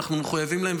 ואנחנו מחויבים להם,